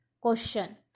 Question